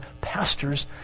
pastors